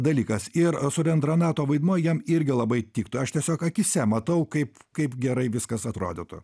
dalykas ir sorendranato vaidmuo jam irgi labai tiktų aš tiesiog akyse matau kaip kaip gerai viskas atrodytų